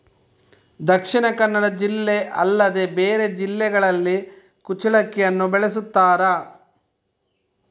ದಕ್ಷಿಣ ಕನ್ನಡ ಜಿಲ್ಲೆ ಅಲ್ಲದೆ ಬೇರೆ ಜಿಲ್ಲೆಗಳಲ್ಲಿ ಕುಚ್ಚಲಕ್ಕಿಯನ್ನು ಬೆಳೆಸುತ್ತಾರಾ?